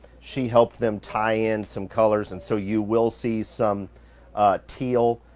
she helped them tie in some colors. and so you will see some teal.